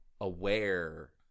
aware